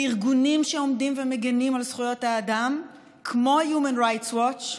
בארגונים שעומדים ומגינים על זכויות האדם כמו Human Rights Watch,